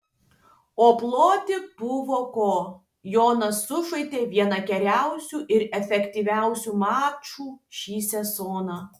o ploti buvo ko jonas sužaidė vieną geriausių ir efektyviausių mačų šį sezoną